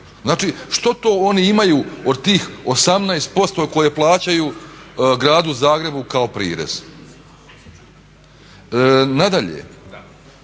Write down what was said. Znači što to oni imaju od tih 18% koje plaćaju Gradu Zagrebu kao prirez. Nadalje,